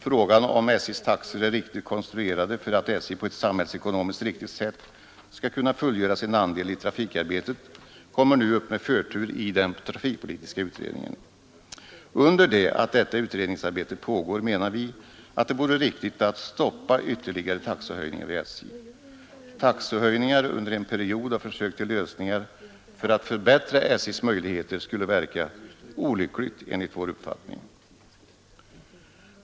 Frågan huruvida SJ:s taxor är riktigt konstruerade för att SJ på ett samhällsekonomiskt riktigt sätt skall kunna fullgöra sin andel i trafikarbetet kommer nu upp med förtur i trafikpolitiska utredningen. Och under tiden som detta utredningsarbete pågår menar vi att det vore riktigt att stoppa ytterligare taxehöjningar vid SJ. Taxehöjningar under en period av försök till lösningar för att förbättra SJ:s möjligheter skulle enligt vår uppfattning verka olyckligt.